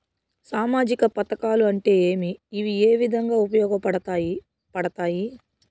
సామాజిక పథకాలు అంటే ఏమి? ఇవి ఏ విధంగా ఉపయోగపడతాయి పడతాయి?